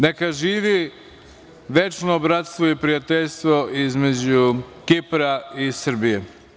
Neka živi večno bratstvo i prijateljstvo između Kipra i Srbije.